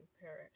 Parish